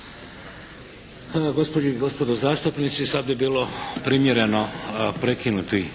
gospođe i gospodo zastupnici sad bi bilo primjereno prekinuti